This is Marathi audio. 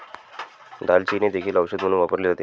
दालचिनी देखील औषध म्हणून वापरली जाते